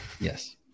Yes